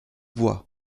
voix